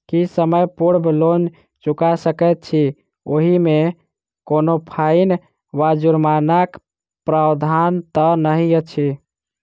की समय पूर्व लोन चुका सकैत छी ओहिमे कोनो फाईन वा जुर्मानाक प्रावधान तऽ नहि अछि?